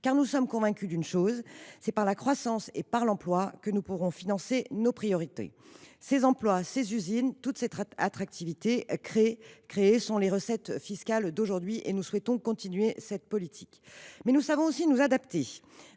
en effet convaincus d’une chose : c’est par la croissance et par l’emploi que nous pourrons financer nos priorités. Ces emplois, ces usines et toute l’attractivité ainsi créée sont les recettes fiscales d’aujourd’hui. Nous souhaitons poursuivre cette politique. Mais nous savons aussi nous adapter.